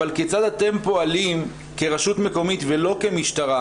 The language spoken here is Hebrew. אבל כיצד אתם פועלים כרשות מקומית ולא כמשטרה,